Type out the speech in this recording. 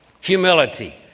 humility